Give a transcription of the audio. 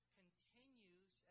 continues